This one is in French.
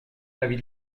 l’avis